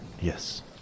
Yes